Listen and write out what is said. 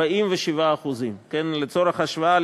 47%. לצורך השוואה,